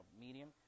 medium